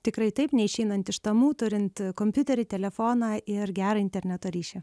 tikrai taip neišeinant iš namų turint kompiuterį telefoną ir gerą interneto ryšį